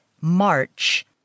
March